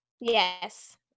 Yes